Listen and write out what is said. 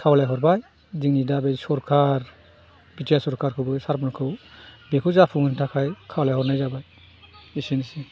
खावलायहरबाय जोंनि दा बे सरखार बि टि आर सरखारखौबो सारमोनखौ बेखौ जाफुंहोनो थाखाय खावलायहरनाय जाबाय एसेनोसै